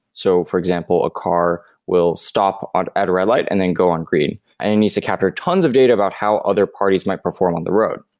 so, for example, a car will stop at a red light and then go on green, and he needs to capture tons of data about how other parties might perform on the road.